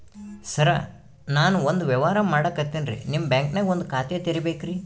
ಸರ ನಾನು ಒಂದು ವ್ಯವಹಾರ ಮಾಡಕತಿನ್ರಿ, ನಿಮ್ ಬ್ಯಾಂಕನಗ ಒಂದು ಖಾತ ತೆರಿಬೇಕ್ರಿ?